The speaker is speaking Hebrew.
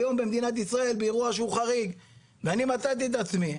היום במדינת ישראל באירוע שהוא חריג ואני מצאתי את עצמי,